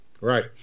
Right